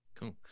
Cool